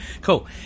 cool